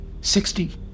Sixty